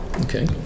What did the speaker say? Okay